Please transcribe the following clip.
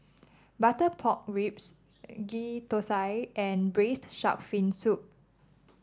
Butter Pork Ribs Ghee Thosai and Braised Shark Fin Soup